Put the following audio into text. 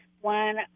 One